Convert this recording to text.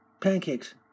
pancakes